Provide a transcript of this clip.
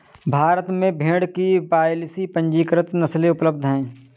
भारत में भेड़ की बयालीस पंजीकृत नस्लें उपलब्ध हैं